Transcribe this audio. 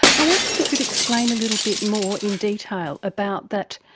i wonder if you could explain a little bit more in detail about that,